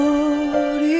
Lord